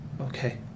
Okay